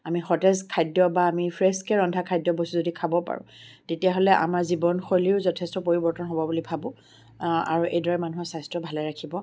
আমি সতেজ খাদ্য বা আমি ফ্ৰেছকৈ ৰন্ধা বস্তু যদি আমি খাব পাৰোঁ তেতিয়াহ'লে আমাৰ জীৱনশৈলীও যথেষ্ট পৰিৱৰ্তন হ'ব বুলি ভাবোঁ আৰু এইদৰে মানুহৰ স্বাস্থ্য ভালে ৰাখিব